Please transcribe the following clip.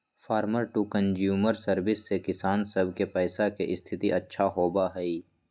farmer to consumer service से किसान सब के पैसा के स्थिति अच्छा होबा हई